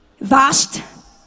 vast